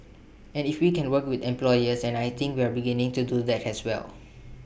and if we can work with employers and I think we're beginning to do that has well